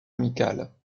amicales